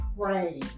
Pray